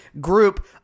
group